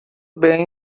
bem